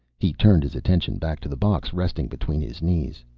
he turned his attention back to the box resting between his knees.